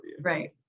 Right